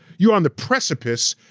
you are on the precipice,